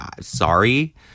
sorry